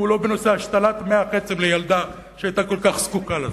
ולא בנושא השתלת מוח עצם לילדה שהיתה כל כך זקוקה לזה.